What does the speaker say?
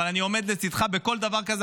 אבל אני עומד לצידך בכל דבר כזה.